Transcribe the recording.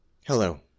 Hello